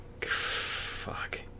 Fuck